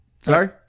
Sorry